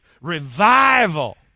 revival